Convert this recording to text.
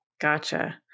Gotcha